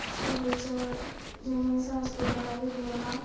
school जियां की साढ़ा स्कूल बड़ा गै दूर हा